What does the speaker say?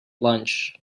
lunch